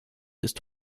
ist